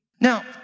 Now